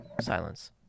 Silence